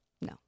no